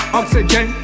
oxygen